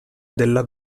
della